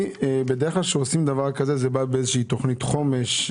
בדרך כלל כשעושים דבר כזה הוא בא באיזו תוכנית חומש.